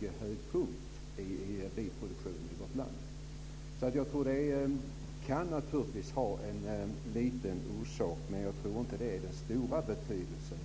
Detta ska man vara medveten om. Jag tror alltså att skattereglerna naturligtvis kan vara en liten orsak till detta, men jag tror inte att de har haft störst betydelse.